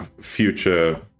future